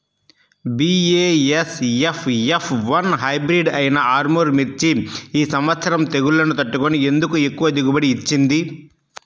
BASF F one hybrid అయినా ఆర్ముర్ మిర్చి ఈ సంవత్సరం తెగుళ్లును తట్టుకొని ఎందుకు ఎక్కువ దిగుబడి ఇచ్చింది?